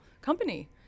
company